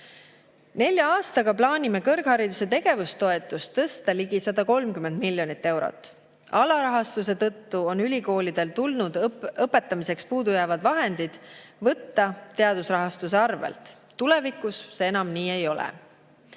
Nelja aastaga plaanime kõrghariduse tegevustoetust suurendada ligi 130 miljonit eurot. Alarahastuse tõttu on ülikoolidel tulnud õpetamiseks puudu jäävad vahendid võtta teadusrahastuse arvelt. Tulevikus see enam nii ei